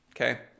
okay